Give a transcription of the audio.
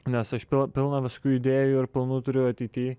nes aš pilna visokių idėjų ir planų turiu ateity